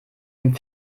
dem